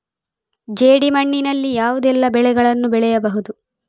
ಜೇಡಿ ಮಣ್ಣಿನಲ್ಲಿ ಯಾವುದೆಲ್ಲ ಬೆಳೆಗಳನ್ನು ಬೆಳೆಯಬಹುದು?